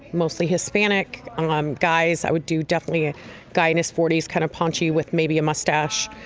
mostly hispanic um guys. i would do definitely ah guy in his forties, kind of punchy with maybe a mustache,